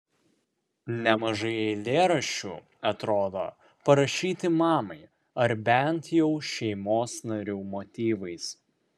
nemažai eilėraščių atrodo parašyti mamai ar bent jau šeimos narių motyvais